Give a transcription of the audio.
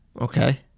Okay